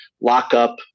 Lockup